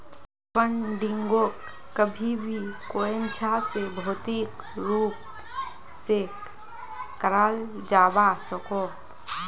फंडिंगोक कभी भी कोयेंछा से भौतिक रूप से कराल जावा सकोह